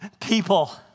People